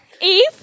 Eve